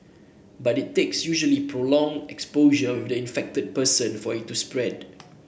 but it takes usually prolonged exposure with the infected person for it to spread